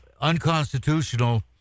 unconstitutional